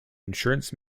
insurance